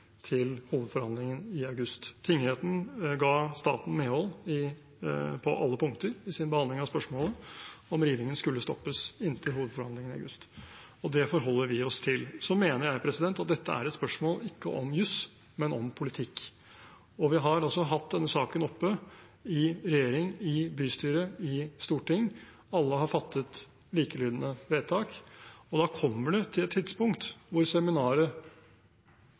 til hovedforhandlingen i august. Tingretten ga staten medhold på alle punkter i sin behandling av spørsmålet om rivingen skulle stoppes inntil hovedforhandlingen i august, og det forholder vi oss til. Så mener jeg at dette ikke er et spørsmål om juss, men om politikk. Vi har hatt denne saken oppe i regjering, i bystyret, i storting, og alle har fattet likelydende vedtak. Og da kommer det til et tidspunkt hvor seminaret